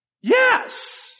Yes